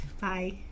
bye